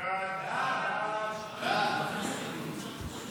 סעיפים 1 3